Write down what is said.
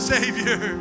Savior